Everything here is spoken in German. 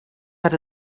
hat